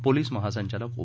police महासंचालक ओ